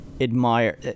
admire